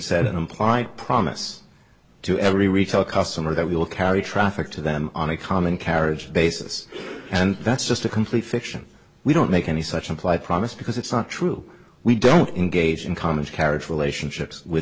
said an implied promise to every retail customer that we will carry traffic to them on a common carriage basis and that's just a complete fiction we don't make any such implied promise because it's not true we don't engage in common carriage relationships with